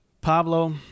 Pablo